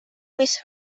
més